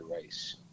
race